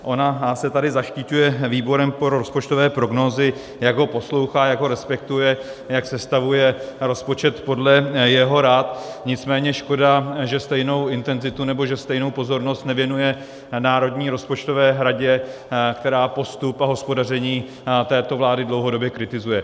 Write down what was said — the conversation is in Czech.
Ona se tady zaštiťuje Výborem pro rozpočtové prognózy, jak ho poslouchá, jak ho respektuje, jak sestavuje rozpočet podle jeho rad, nicméně škoda, že stejnou intenzitu nebo že stejnou pozornost nevěnuje Národní rozpočtové radě, která postup a hospodaření této vlády dlouhodobě kritizuje.